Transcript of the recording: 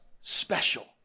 special